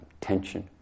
tension